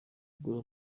kugura